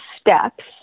steps